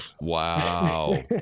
Wow